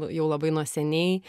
jau labai nuo seniai